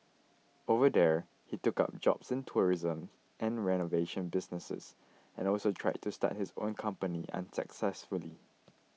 over there he took up jobs in tourism and renovation businesses and also tried to start his own company unsuccessfully